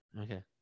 Okay